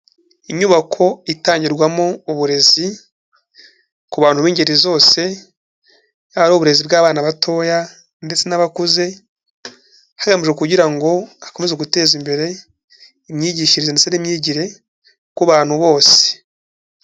Inyubako itangirwamo uburezi ku bantu b'ingeri zose, yaba ari uburezi bw'abana batoya ndetse n'abakuze, hagamijwe kugira ngo hakomeze guteza imbere imyigishirize ndetse n'imyigire ku bantu bose.